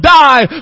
die